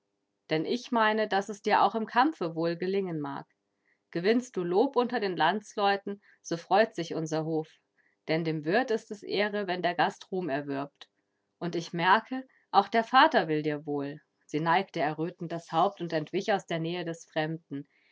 denn ich meine daß es dir auch im kampfe wohl gelingen mag gewinnst du lob unter den landsleuten so freut sich unser hof denn dem wirt ist es ehre wenn der gast ruhm erwirbt und ich merke auch der vater will dir wohl sie neigte errötend das haupt und entwich aus der nähe des fremden